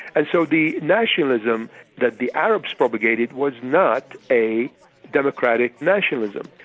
and so the nationalism that the arabs propagated was not a democratic nationalism.